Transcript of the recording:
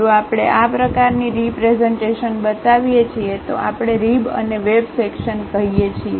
જો આપણે આ પ્રકારની રીપ્રેઝન્ટેશનબતાવીએ છીએ તો આપણે રીબઅને વેબ સેક્શન કહીએ છીએ